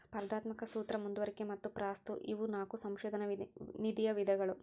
ಸ್ಪರ್ಧಾತ್ಮಕ ಸೂತ್ರ ಮುಂದುವರಿಕೆ ಮತ್ತ ಪಾಸ್ಥ್ರೂ ಇವು ನಾಕು ಸಂಶೋಧನಾ ನಿಧಿಯ ವಿಧಗಳು